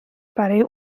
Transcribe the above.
برای